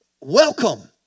welcome